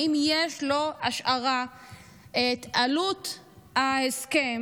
האם יש לו השערה על עלות ההסכם?